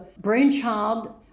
brainchild